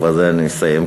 ובזה אני אסיים,